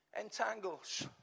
entangles